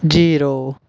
zero